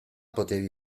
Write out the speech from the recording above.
potevi